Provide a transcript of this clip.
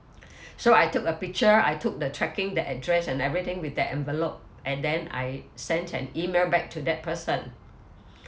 so I took a picture I took the tracking the address and everything with that envelope and then I sent an email back to that person